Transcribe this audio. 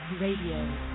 radio